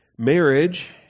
marriage